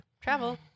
Travel